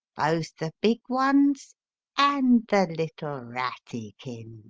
both the big ones and the little ratikins.